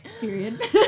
Period